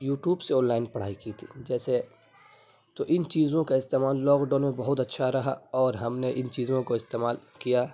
you tube سے online پڑھائی کی تھی جیسے تو ان چیزوں کا استعمال لاک ڈاؤن میں بہت اچھا رہا اور ہم نے ان چیزوں کو استعمال کیا